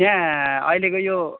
यहाँ अहिलेको यो